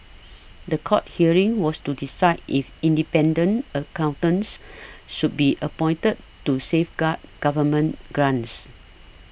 the court hearing was to decide if independent accountants should be appointed to safeguard government grants